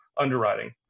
underwriting